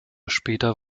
später